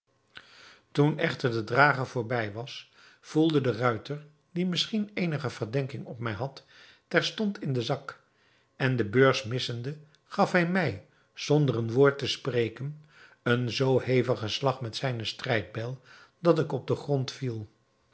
toen echter de drager voorbij was voelde de ruiter die misschien eenige verdenking op mij had terstond in de zak en de beurs missende gaf hij mij zonder een woord te spreken een zoo hevigen slag met zijne strijdbijl dat ik op den grond viel